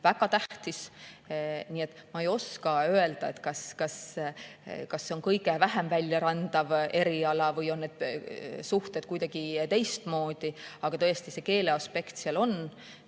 väga tähtis. Ma ei oska öelda, kas see on kõige vähem välja rändajate eriala või on need suhted kuidagi teistmoodi, aga tõesti see keeleaspekt seal on.